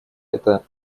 это